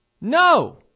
No